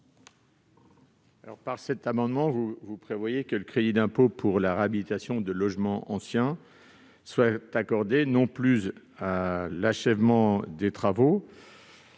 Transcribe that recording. Par cet amendement, il est proposé que le crédit d'impôt pour la réhabilitation de logements anciens soit accordé non plus à l'achèvement des travaux,